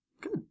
Good